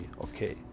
okay